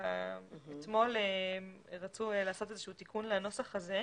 אתמול רצו לעשות תיקון לנוסח הזה,